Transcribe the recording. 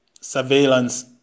surveillance